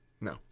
No